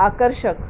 आकर्षक